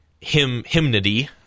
hymnody